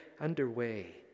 underway